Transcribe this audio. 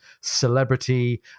celebrity